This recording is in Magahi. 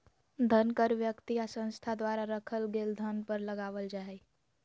धन कर व्यक्ति या संस्था द्वारा रखल गेल धन पर लगावल जा हइ